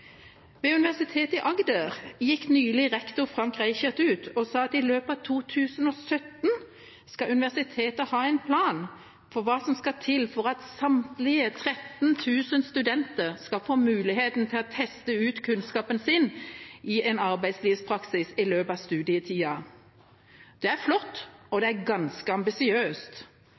Ved Universitetet i Agder gikk nylig rektor Frank Reichert ut og sa at i løpet av 2017 skal universitetet ha en plan for hva som skal til for at samtlige 13 000 studenter skal få muligheten til å teste ut kunnskapen sin i en arbeidslivspraksis i løpet av studietida. Det er flott og ganske ambisiøst.